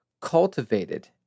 cultivated